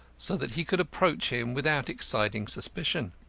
so that he could approach him without exciting suspicion.